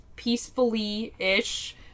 peacefully-ish